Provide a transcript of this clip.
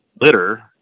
litter